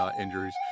injuries